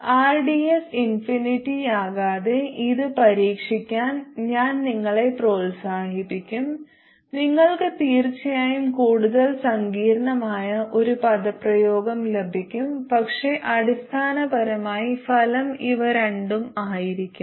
rds ഇൻഫിനിറ്റിയാക്കാതെ ഇത് പരീക്ഷിക്കാൻ ഞാൻ നിങ്ങളെ പ്രോത്സാഹിപ്പിക്കും നിങ്ങൾക്ക് തീർച്ചയായും കൂടുതൽ സങ്കീർണ്ണമായ ഒരു പദപ്രയോഗം ലഭിക്കും പക്ഷേ അടിസ്ഥാനപരമായി ഫലം ഇവ രണ്ടും ആയിരിക്കും